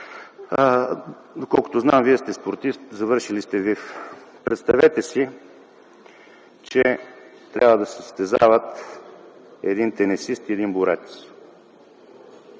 Доколкото знам Вие сте спортист, завършил сте ВИФ. Представете си, че трябва да се състезават един тенисист и един борец.